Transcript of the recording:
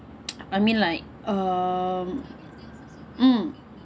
I mean like um